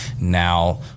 Now